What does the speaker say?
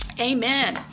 amen